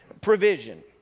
Provision